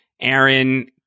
Aaron